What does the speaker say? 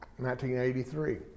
1983